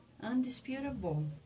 undisputable